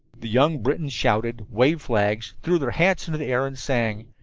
the young britons shouted, waved flags, threw their hats into the air and sang.